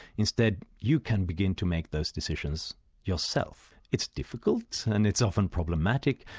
instead, you can begin to make those decisions yourself. it's difficult, and it's often problematic,